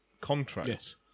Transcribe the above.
contracts